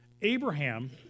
Abraham